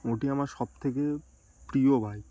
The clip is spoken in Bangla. ওটি আমার সবথেকে প্রিয় বাইক